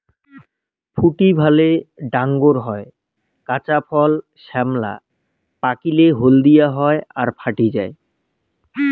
ফুটি ভালে ডাঙর হয়, কাঁচা ফল শ্যামলা, পাকিলে হলদিয়া হয় আর ফাটি যায়